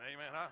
Amen